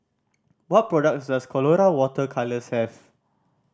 what products does Colora Water Colours have